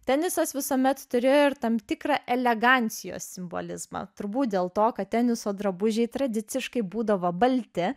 tenisas visuomet turėjo ir tam tikrą elegancijos simbolizmą turbūt dėl to kad teniso drabužiai tradiciškai būdavo balti